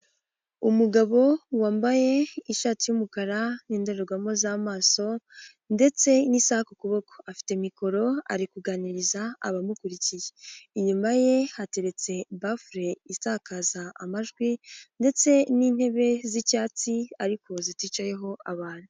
Umugabo wambaye ishati y'umukara ,n'indorerwamo z'amaso ,ndetse n'isaka kukuboko .Afite mikoro ari kuganiriza abamukurikiye, inyuma ye hateretse bafule isakaza amajwi, ndetse n'intebe z'icyatsi ariko ziticayeho abantu.